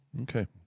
Okay